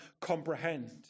comprehend